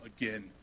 again